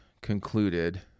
concluded